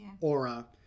aura